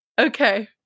Okay